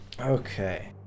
Okay